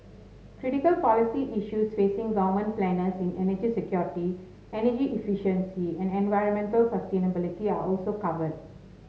critical policy issues facing government planners in energy security energy efficiency and environmental sustainability are also covered